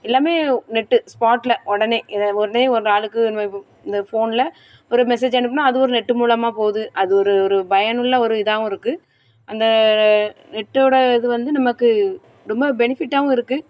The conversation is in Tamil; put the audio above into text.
எல்லாமே நெட்டு ஸ்பாட்டில் உடனே இதை உடனே ஒரு ஆளுக்கு இந்த இந்த ஃபோனில் ஒரு மெசேஜ் அனுப்பினா அது ஒரு நெட்டு மூலமாக போகுது அது ஒரு ஒரு பயனுள்ள ஒரு இதாகவும் இருக்கு அந்த நெட்டோட இது வந்து நமக்கு ரொம்ப பெனிஃபிட்டாகவும் இருக்கு